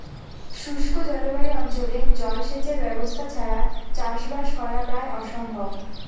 শুষ্ক জলবায়ু অঞ্চলে জলসেচের ব্যবস্থা ছাড়া চাষবাস করা প্রায় অসম্ভব